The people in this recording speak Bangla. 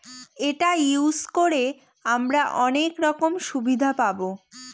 এটা ইউজ করে হামরা অনেক রকম সুবিধা পাবো